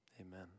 Amen